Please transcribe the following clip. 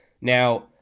Now